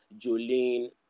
Jolene